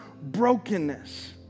brokenness